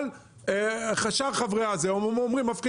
אבל מפקידים את שאר חברי הוועדה.